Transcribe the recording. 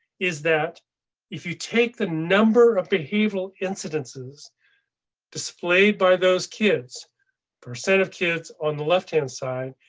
is that if you take the number of behavioral incidences displayed by those kids percent of kids on the left hand side,